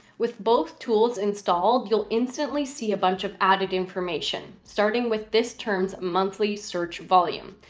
with both tools installed, you'll instantly see a bunch of added information starting with this terms monthly search volume.